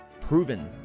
proven